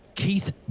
Keith